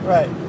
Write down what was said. Right